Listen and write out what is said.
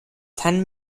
ten